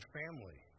family